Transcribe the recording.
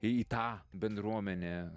į tą bendruomenę